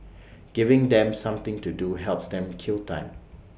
giving them something to do helps them kill time